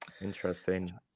interesting